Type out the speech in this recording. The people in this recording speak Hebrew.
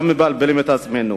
וגם מבלבלים את עצמנו.